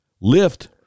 lift